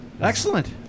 Excellent